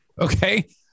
Okay